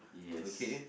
okay